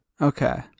Okay